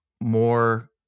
more